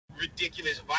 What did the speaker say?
ridiculous